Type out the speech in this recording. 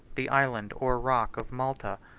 the island or rock of malta,